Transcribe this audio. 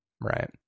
right